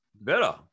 Better